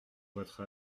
votre